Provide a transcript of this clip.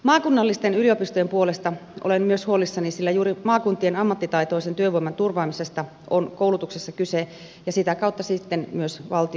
maakunnallisten yliopistojen puolesta olen myös huolissani sillä juuri maakuntien ammattitaitoisen työvoiman turvaamisesta on koulutuksessa kyse ja sitä kautta se on sitten myös valtion etu